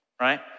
Right